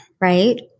right